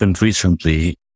recently